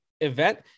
event